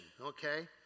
okay